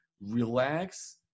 relax